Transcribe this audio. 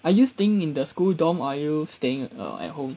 are you staying in the school dorm are you staying at home